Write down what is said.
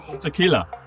Tequila